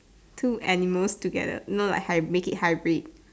two animals together no like make it hybrid